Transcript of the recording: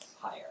higher